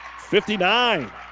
59